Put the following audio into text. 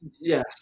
Yes